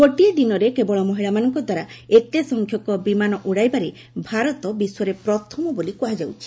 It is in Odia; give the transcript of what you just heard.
ଗୋଟିଏ ଦିନରେ କେବଳ ମହିଳାମାନଙ୍କ ଦ୍ୱାରା ଏତେ ସଂଖ୍ୟକ ବିମାନ ଉଡ଼ାଇବାରେ ଭାରତ ବିଶ୍ୱରେ ପ୍ରଥମ ବୋଲି କୁହାଯାଉଛି